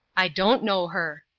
i don't know her.